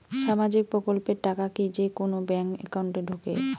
সামাজিক প্রকল্পের টাকা কি যে কুনো ব্যাংক একাউন্টে ঢুকে?